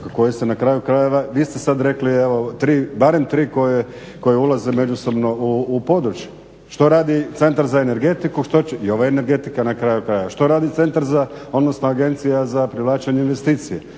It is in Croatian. koje se na kraju krajeva vi ste sad rekli barem tri koje ulaze međusobno u područje. Što radi Centar za energetiku? I ovo je energetika na kraju krajeva. Što radi centar za, odnosno Agencija za privlačenje investicija?